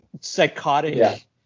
psychotic